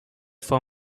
for